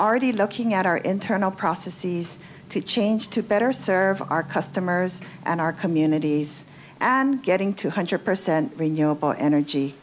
already looking at our internal processes to change to better serve our customers and our communities and getting two hundred percent renewable energy